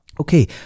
okay